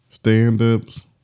stand-ups